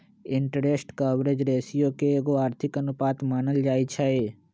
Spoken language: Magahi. इंटरेस्ट कवरेज रेशियो के एगो आर्थिक अनुपात मानल जाइ छइ